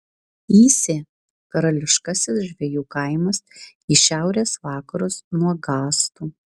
įsė karališkasis žvejų kaimas į šiaurės vakarus nuo gastų